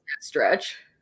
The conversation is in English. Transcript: stretch